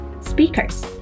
speakers